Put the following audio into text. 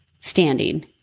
standing